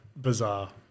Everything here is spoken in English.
bizarre